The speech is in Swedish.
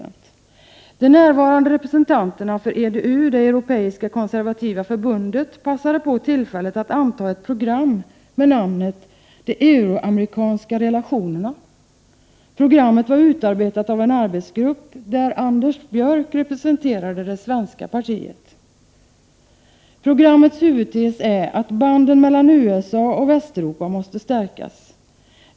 De närvarande representanterna för EDU, det europeiska konservativa förbundet, passade på tillfället att anta ett program med namnet ”De euroamerikanska relationerna”. Programmet var utarbetat av en arbetsgrupp där Anders Björck representerade det svenska partiet. ——— Programmets huvudtes är att banden mellan USA och Västeuropa måste stärkas.